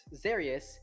Zarius